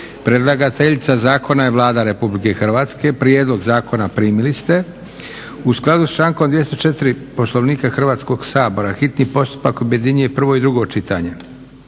Predlagateljica zakona je Vlada RH. Prijedlog zakona primili ste. U skladu s člankom 204. Poslovnika Hrvatskog sabora hitni postupak objedinjuje prvo i drugo čitanje.